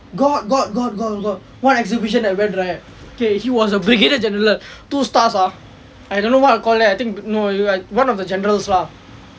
got got got got got what exhibition I went right okay he was a general two stars ah I don't know what you call that I don't know one of the generals lah